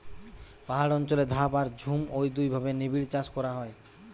পাহাড় অঞ্চলে ধাপ আর ঝুম ঔ দুইভাবে নিবিড়চাষ করা হয়